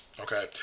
Okay